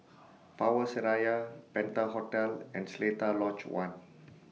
Power Seraya Penta Hotel and Seletar Lodge one